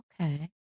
Okay